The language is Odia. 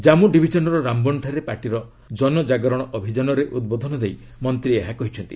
ଜମ୍ମୁ ଡିଭିଜନ୍ର ରାମ୍ବନ୍ଠାରେ ପାର୍ଟିର ଜନଜାଗରଣ ଅଭିଯାନରେ ଉଦ୍ବୋଧନ ଦେଇ ମନ୍ତ୍ରୀ ଏହା କହିଛନ୍ତି